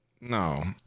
No